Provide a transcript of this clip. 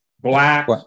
Black